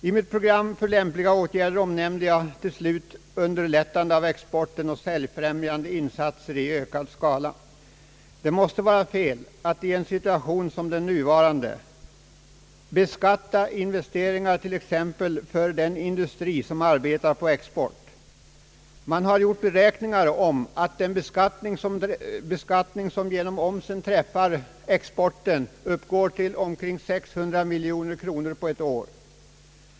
I mitt program för lämpliga åtgärder omnämnde jag till slut underlättande av exporten och säljfrämjande insatser i ökad skala. Det måste vara fel att i en situation såsom den nuvarande beskatta investeringar t.ex. för den industri som arbetar på export. Man har gjort beräkningar utvisande att den beskattning som genom omsen träffar exporten uppgår till omkring 600 miljoner kronor på ett år.